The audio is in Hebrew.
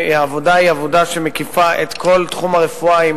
העבודה היא עבודה שמקיפה את כל תחום הרפואה,